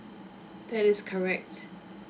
that is correct